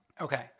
Okay